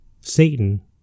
Satan